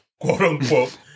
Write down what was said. quote-unquote